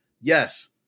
Yes